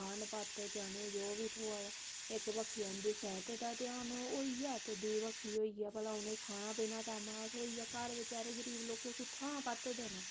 खान भात चने जो बी थ्होऐ इक्क रक्खदे उं'दी सेह्त दा ध्यान होइया दूआ रक्खदे कि केह् भला होइया उ'नें गी खाना पीना थ्होइया गरीब लोकें गी कियां बेचारें गी भत्त थ्होइया